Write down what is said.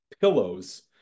pillows